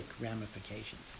ramifications